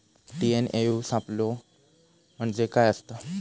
TNAU सापलो म्हणजे काय असतां?